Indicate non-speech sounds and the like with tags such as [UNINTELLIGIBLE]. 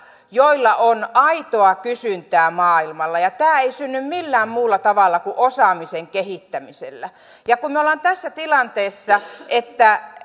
joilla on aitoa kysyntää maailmalla ja tämä ei synny millään muulla tavalla kuin osaamisen kehittämisellä ja kun me olemme tässä tilanteessa että [UNINTELLIGIBLE]